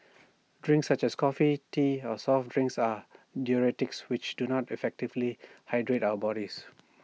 drinks such as coffee tea or soft drinks are diuretics which do not effectively hydrate our bodies